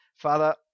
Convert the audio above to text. Father